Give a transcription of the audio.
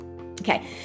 Okay